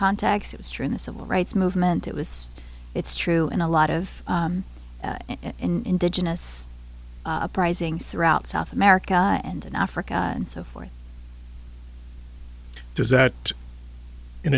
contacts it was during the civil rights movement it was it's true in a lot of in the genesis uprisings throughout south america and in africa and so forth does that in